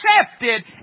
accepted